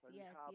yes